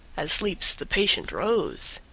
as sleeps the patient rose.